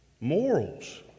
morals